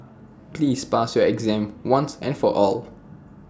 please pass your exam once and for all